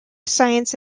science